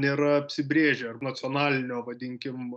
nėra apsibrėžę ar nacionalinio vadinkim